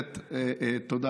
אני יודע שאדוני יבדוק את אותן,